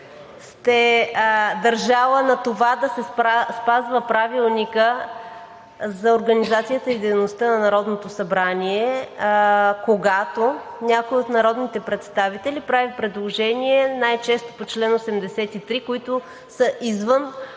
сте държала на това да се спазва Правилникът за организацията и дейността на Народното събрание, когато някой от народните представители прави предложения – най-често по чл. 83, които са извън